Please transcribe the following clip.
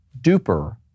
duper